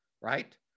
right